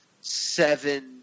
seven –